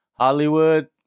Hollywood